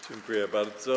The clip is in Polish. Dziękuję bardzo.